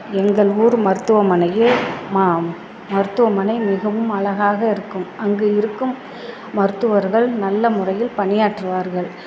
எங்கள் ஊர் மருத்துவமனையில் ம மருத்துவமனை மிகவும் அழகாக இருக்கும் அங்கு இருக்கும் மருத்துவர்கள் நல்ல முறையில் பணியாற்றுவார்கள்